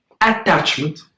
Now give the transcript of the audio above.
attachment